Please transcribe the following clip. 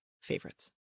favorites